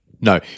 no